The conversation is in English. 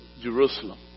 Jerusalem